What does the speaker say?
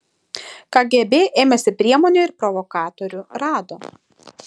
kgb ėmėsi priemonių ir provokatorių rado